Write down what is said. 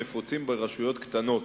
הנפוצים ברשויות קטנות,